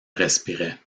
respirait